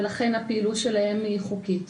ולכן הפעילות שלהם חוקית.